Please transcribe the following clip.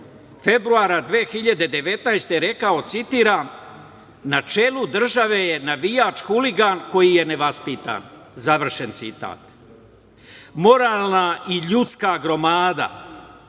februara 2019. godine rekao, citiram: „Na čelu države je navijač, huligan koji je nevaspitan“. Završen citat. Moralna i ljudska gromada,